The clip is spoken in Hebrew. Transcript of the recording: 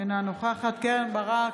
אינה נוכחת קרן ברק,